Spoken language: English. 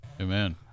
Amen